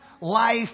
life